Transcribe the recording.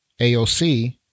AOC